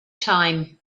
time